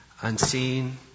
unseen